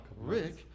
Rick